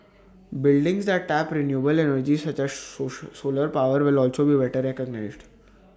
buildings that tap renewable energy such as solar power will also be better recognised